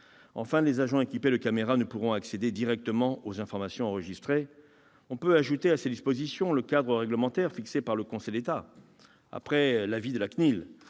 Enfin, les agents équipés de caméras ne pourront accéder directement aux informations enregistrées. On peut ajouter à ces dispositions le cadre réglementaire qui sera fixé par le Conseil d'État, après avis de la CNIL,